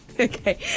Okay